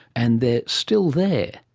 and they are still there,